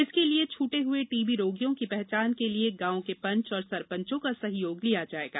इसके लिए छूटे हुए टीबी रोगियों की पहचान के लिए गांव के पंच और सरपंचों का सहयोग लिया जाएगा